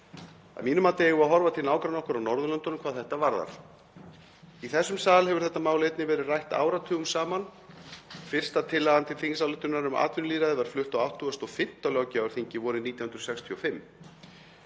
Að mínu mati eigum við að horfa til nágranna okkar á Norðurlöndum hvað þetta varðar. Í þessum sal hefur þetta mál einnig verið rætt áratugum saman. Fyrsta tillagan til þingsályktunar um atvinnulýðræði var flutt á 85. löggjafarþingi vorið 1965.